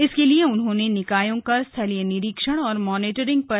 इसके लिए उन्होंने निकायों का स्थालीय निरीक्षण और मॉनिटरिंग पर बल दिया